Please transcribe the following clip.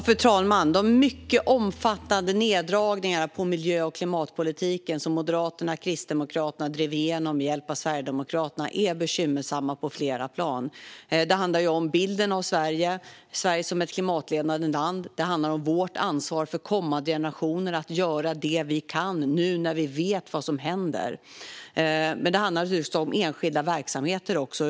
Fru talman! De mycket omfattande neddragningar på miljö och klimatpolitiken som Moderaterna och Kristdemokraterna drev igenom med hjälp av Sverigedemokraterna är bekymmersamma på flera plan. Det handlar om bilden av Sverige som ett klimatledande land. Det handlar om vårt ansvar för kommande generationer att göra det vi kan, nu när vi vet vad som händer. Men det handlar naturligtvis också om enskilda verksamheter.